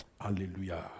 Hallelujah